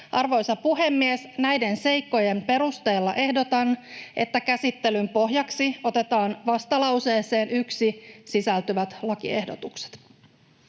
Arvoisa puhemies! Näiden seikkojen perusteella ehdotan, että käsittelyn pohjaksi otetaan vastalauseeseen 1 sisältyvät lakiehdotukset.